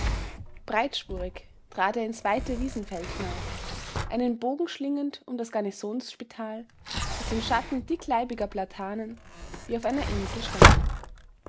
breitspurig trat er ins weite wiesenfeld hinaus einen bogen schlingend um das garnisonsspital das im schatten dickleibiger platanen wie auf einer insel stand